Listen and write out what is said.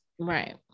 Right